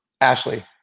Ashley